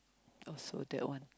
also that one